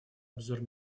обзор